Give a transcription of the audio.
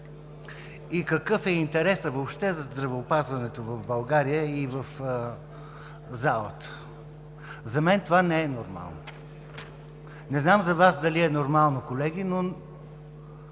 И какъв е интересът въобще за здравеопазването в България и в залата? За мен това не е нормално. Не знам за Вас дали е нормално, колеги, но…